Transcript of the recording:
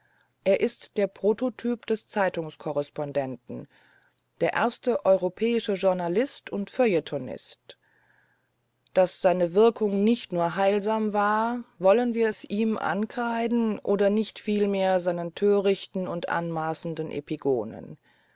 er ist der prototyp des zeitungskorrespondenten der erste europäische journalist und feuilletonist daß seine wirkung nicht nur heilsam war wollen wir's ihm ankreiden oder nicht vielmehr seinen törichten und anmaßenden epigonen